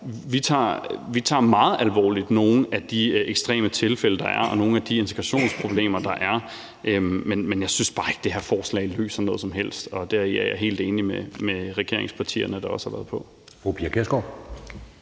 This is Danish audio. Vi tager det meget alvorligt med nogle af de ekstreme tilfælde, der er, og nogle af de integrationsproblemer, der er, men jeg synes bare ikke det her forslag løser noget som helst. Deri er jeg helt enig med de regeringspartiers ordførere, der også har været på.